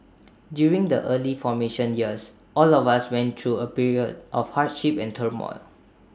during the early formation years all of us went through A period of hardship and turmoil